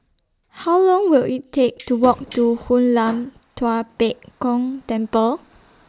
How Long Will IT Take to Walk to Hoon Lam Tua Pek Kong Temple